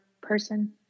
person